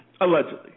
Allegedly